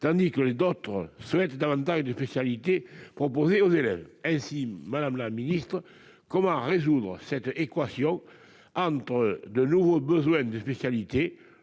tandis que d'autres souhaitent que davantage de spécialités soient proposées aux élèves. Aussi, madame la ministre, comment résoudre cette équation entre de nouveaux besoins de spécialités,